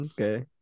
Okay